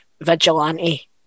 vigilante